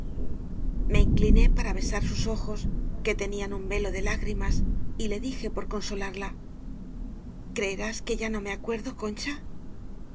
me incliné para besar sus ojos que tenían un velo de lágrimas y le dije por consolarla creerás que ya no me acuerdo concha